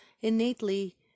innately